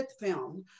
film